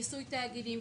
מיסוי תאגידים,